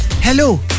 hello